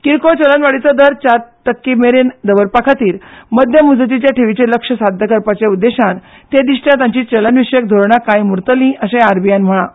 किरकोळ चलनवाडीचो दर चार टक्के मेरेन दवरपा खातीर मध्यम मुजतीचे ठेवीचे लक्ष्य साद्य करपाच्या उद्देशान ते दिल्या तांची चलन विशयत धोरणां कायम उरतली अशें आरबीआयन म्हळां